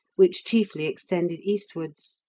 which chiefly extended eastwards.